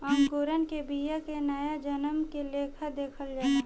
अंकुरण के बिया के नया जन्म के लेखा देखल जाला